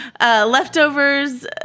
Leftovers